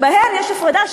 שבהן יש הפרדה,